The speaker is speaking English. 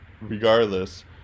regardless